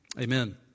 Amen